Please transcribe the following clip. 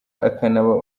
akanaba